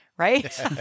right